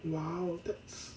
!wow! that's